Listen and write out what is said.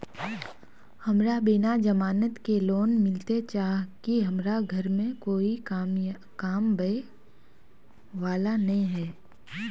हमरा बिना जमानत के लोन मिलते चाँह की हमरा घर में कोई कमाबये वाला नय है?